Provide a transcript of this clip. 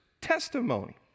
testimony